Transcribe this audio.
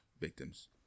victims